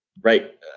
Right